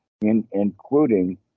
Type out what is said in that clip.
including